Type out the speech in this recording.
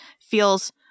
feels